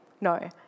No